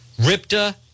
Ripta